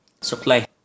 Supply